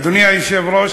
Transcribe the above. אדוני היושב-ראש,